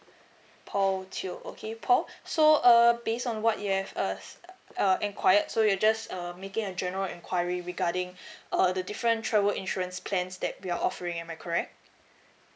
paul teo okay paul so err based on what you have asked uh enquired so you just um making a general enquiry regarding uh the different travel insurance plans that we are offering am I correct